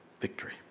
victory